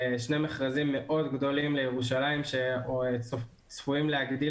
שני מכרזים גדולים מאוד לירושלים שצפויים להגדיל